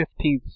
15th